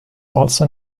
also